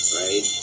right